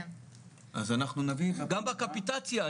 גם בקפיטציה,